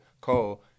Cole